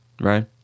Right